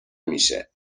میشه